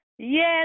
Yes